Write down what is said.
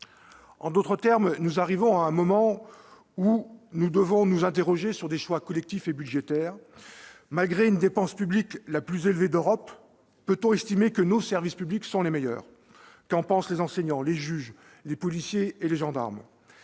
En d'autres termes, nous arrivons à un moment où nous devons nous interroger sur des choix collectifs et budgétaires : malgré une dépense publique la plus élevée d'Europe, peut-on estimer que nos services publics sont les meilleurs ? Qu'en pensent les enseignants, les juges, les policiers et gendarmes ?